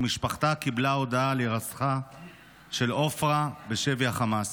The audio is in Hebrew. ומשפחתה קיבלה הודעה על הירצחה של עפרה בשבי החמאס.